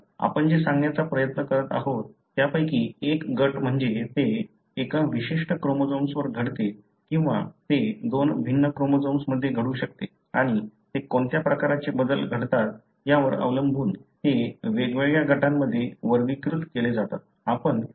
तर आपण जे सांगण्याचा प्रयत्न करीत आहे त्यापैकी एक गट म्हणजे ते एका विशिष्ट क्रोमोझोम्सवर घडते किंवा ते दोन भिन्न क्रोमोझोम्स मध्ये घडू शकते आणि ते कोणत्या प्रकारचे बदल घडतात यावर अवलंबून ते वेगवेगळ्या गटांमध्ये वर्गीकृत केले जातात